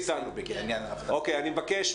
עפר, אני רוצה